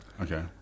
Okay